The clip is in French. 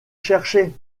cherchais